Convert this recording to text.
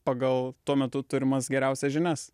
pagal tuo metu turimas geriausias žinias